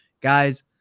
guys